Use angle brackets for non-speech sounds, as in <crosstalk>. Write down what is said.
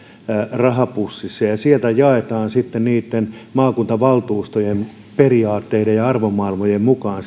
rahapussissa ja sieltä sitä rahaa sitten jaetaan maakuntavaltuustojen periaatteiden ja arvomaailmojen mukaan <unintelligible>